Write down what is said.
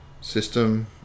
system